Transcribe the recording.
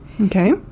Okay